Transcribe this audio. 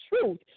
Truth